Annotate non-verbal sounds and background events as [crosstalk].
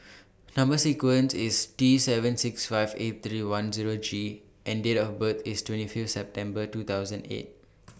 [noise] Number sequent IS T seven six five eight three one Zero G and Date of birth IS twenty Fifth September two thousand eight